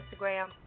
instagram